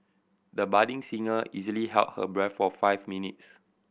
the budding singer easily held her breath for five minutes